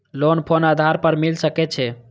Loan कोन आधार पर मिल सके छे?